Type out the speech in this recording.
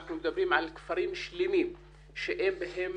אנחנו מדברים על כפרים שלמים שאין בהם